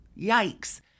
Yikes